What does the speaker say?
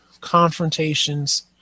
confrontations